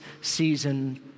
season